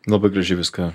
labai gražiai viską